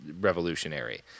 revolutionary